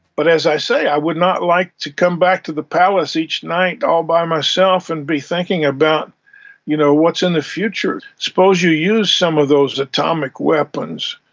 but as i say, i would not like to come back to the palace each night all by myself and be thinking about you know what's in the future. suppose you use some of those atomic weapons?